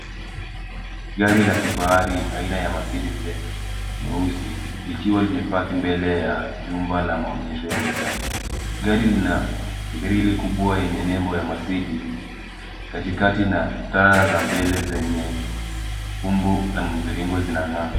Gari la kifahari aina ya Mercedes Benz nyeusi likiwa limepaki mbele ya jumba la maonyesho ya magari. Gari lina grill kubwa yenye nembo ya Mercedes, katikakati na taa za mbele zenye umbo la mviringo zinang'aa.